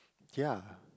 ya